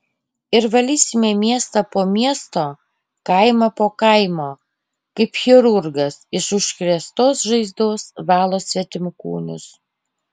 ir valysime miestą po miesto kaimą po kaimo kaip chirurgas iš užkrėstos žaizdos valo svetimkūnius